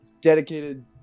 dedicated